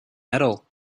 metal